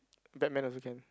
Batman also can